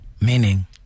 meaning